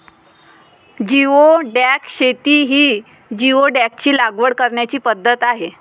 geoduck शेती ही जिओडॅकची लागवड करण्याची पद्धत आहे